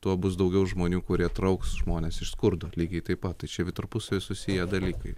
tuo bus daugiau žmonių kurie trauks žmones iš skurdo lygiai taip pat čia tarpusavyje susiję dalykai